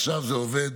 עכשיו זה עובד